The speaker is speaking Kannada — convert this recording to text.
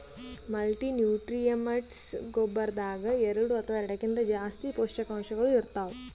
ಮಲ್ಟಿನ್ಯೂಟ್ರಿಯಂಟ್ಸ್ ಗೊಬ್ಬರದಾಗ್ ಎರಡ ಅಥವಾ ಎರಡಕ್ಕಿಂತಾ ಜಾಸ್ತಿ ಪೋಷಕಾಂಶಗಳ್ ಇರ್ತವ್